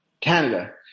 Canada